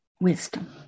Wisdom